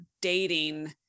dating